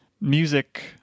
music